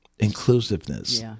inclusiveness